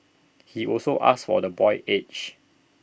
he also asked for the boy's age